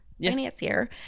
financier